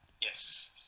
Yes